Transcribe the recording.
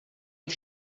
jít